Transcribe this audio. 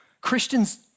Christians